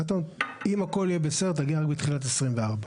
אם הכול יהיה בסדר תגיע רק בתחילת 2024,